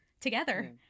together